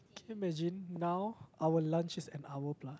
can you imagine now our lunch is an hour plus